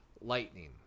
Lightning